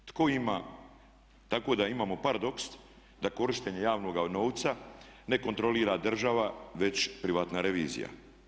Tko ima, tako da imamo paradoks da korištenje javnoga novca ne kontrolira država već privatna revizija.